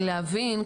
להבין,